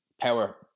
power